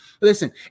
listen